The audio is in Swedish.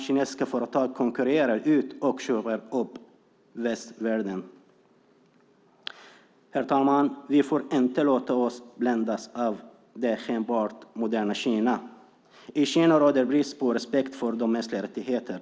Kinesiska företag konkurrerar ut och köper upp västvärldens. Herr talman! Vi får inte låta oss bländas av det skenbart moderna Kina. I Kina råder brist på respekt för de mänskliga rättigheterna.